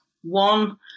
One